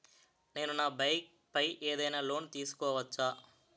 నేను నా బైక్ పై ఏదైనా లోన్ తీసుకోవచ్చా?